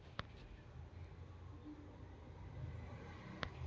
Premium ವಿಮಾ ಕಂತು ತುಂಬೋ ರೇತಿ ಏನು?